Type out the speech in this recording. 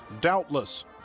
doubtless